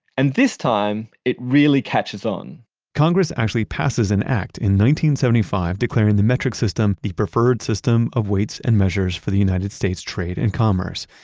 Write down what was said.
and this time it really catches on congress actually passes an act in seventy five declaring the metric system the preferred system of weights and measures for the united states trade and commerce.